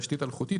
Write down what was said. תשתית אלחוטית,